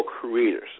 creators